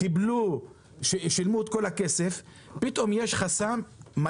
אנשים שילמו את כל הכסף ופתאום יש חסם של